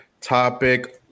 topic